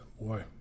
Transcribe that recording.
boy